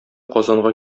казанга